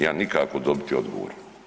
Ja nikako dobiti odgovor.